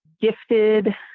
gifted